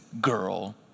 girl